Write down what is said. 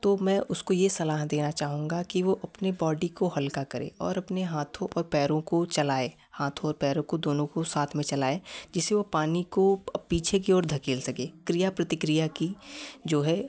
तो मैं उसको ये सलाह देना चाहूँगा कि वो अपने बॉडी को हल्का करे और अपने हाथों और पैरों को चलाए हाथों और पैरों दोनों को साथ में चलाए जिससे वो पानी को पीछे कि ओर धकेल सके क्रिया प्रतिक्रिया की जो है